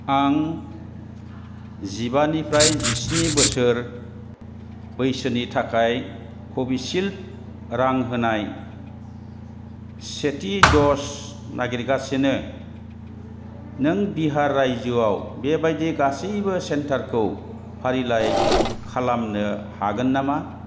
आं जिबानिफ्राइ जिस्नि बोसोर बैसोनि थाखाय कविसिल्द रां होनाय सेथि दज नागिरगासिनो नों बिहार रायजोआव बेबादि गासिबो सेन्टारखौ फारिलाइ खालामनो हागोन नामा